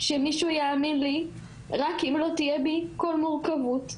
שמישהו יאמין לי רק אם לא תהיה בי כל מורכבות,